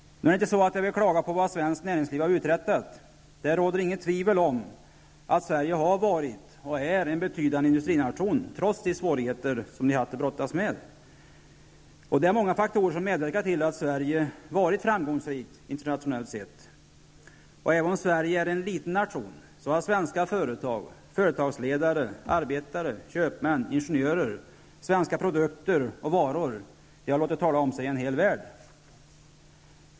Det är inte så, att jag vill klaga på vad svenskt näringsliv har uträttat. Det råder inget tvivel om att Sverige har varit, och är, en betydande industrination, trots de svårigheter som vi haft att brottas med. Det är många faktorer som medverkat till att Sverige har varit framgångsrikt internationellt sett. Även om Sverige är en liten nation har svenska företag, företagsledare, arbetare, köpmän och ingenjörer samt svenska produkter och varor låtit tala om sig i en hel värld.